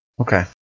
Okay